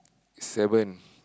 seven